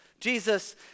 Jesus